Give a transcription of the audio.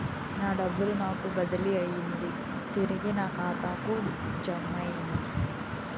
నా డబ్బు నాకు బదిలీ అయ్యింది తిరిగి నా ఖాతాకు జమయ్యింది